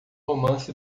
romance